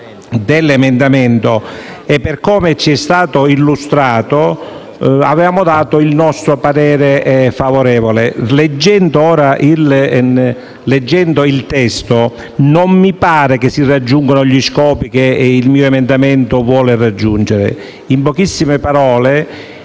dell'emendamento e, per come ci era stato illustrato, avevamo dato il nostro assenso. Tuttavia, leggendo ora il testo, non mi pare che si raggiungano gli scopi che il mio emendamento vuole raggiungere. In pochissime parole,